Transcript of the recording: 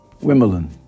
Wimbledon